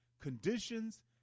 conditions